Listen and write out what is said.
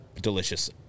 Delicious